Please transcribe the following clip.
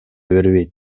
бербейт